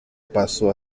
paso